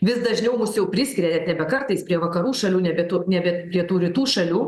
vis dažniau mus jau priskiria net nebe kartais prie vakarų šalių nebe tų nebe prie tų rytų šalių